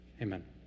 Amen